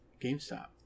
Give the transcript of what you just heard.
GameStop